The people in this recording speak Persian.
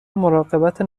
مراقبت